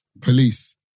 police